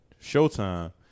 Showtime